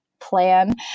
plan